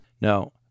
no